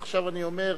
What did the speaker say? עכשיו אני אומר,